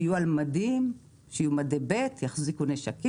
שיהיו על מדים, שיהיו על מדי ב', יחזיקו נשקים,